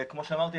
כמו שאמרתי,